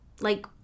like-